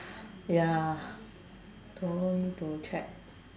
ya toner need to check